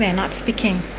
and not speaking.